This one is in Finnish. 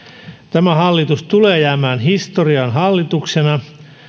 tämä hallitus tulee jäämään historiaan hallituksena